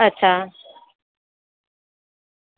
અચ્છા